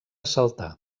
saltar